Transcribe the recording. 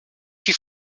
she